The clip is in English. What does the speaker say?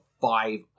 five